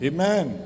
Amen